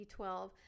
B12